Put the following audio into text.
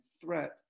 threat